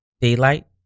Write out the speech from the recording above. Daylight